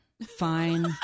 Fine